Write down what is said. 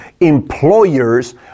employers